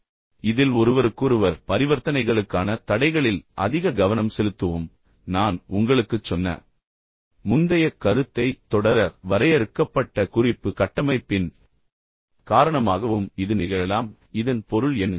இப்போது இதில் ஒருவருக்கொருவர் பரிவர்த்தனைகளுக்கான தடைகளில் அதிக கவனம் செலுத்துவோம் இப்போது நான் உங்களுக்குச் சொன்ன முந்தைய கருத்தைத் தொடர வரையறுக்கப்பட்ட குறிப்பு கட்டமைப்பின் காரணமாகவும் இது நிகழலாம் இதன் பொருள் என்ன